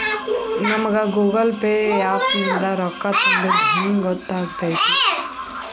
ನಮಗ Google Pay app ನಿಂದ ರೊಕ್ಕಾ ತುಂಬಿದ್ದ ಹೆಂಗ್ ಗೊತ್ತ್ ಆಗತೈತಿ?